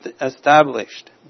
established